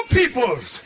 peoples